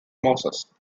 moses